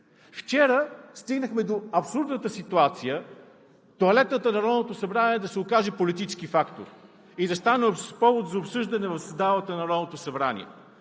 Вчера стигнахме до абсурдната ситуация тоалетната на Народното събрание да се окаже политически фактор и да стане повод за обсъждане в залата на Народното събрание.